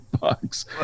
bucks